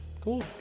Cool